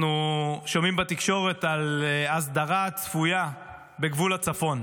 אנחנו שומעים בתקשורת על ההסדרה הצפויה בגבול הצפון.